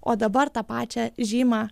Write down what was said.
o dabar tą pačią žymą